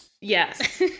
Yes